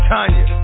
Tanya